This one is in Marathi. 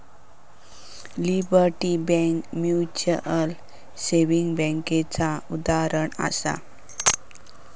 लिबर्टी बैंक म्यूचुअल सेविंग बैंकेचा उदाहरणं आसा